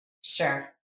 Sure